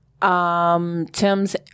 Tim's